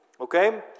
Okay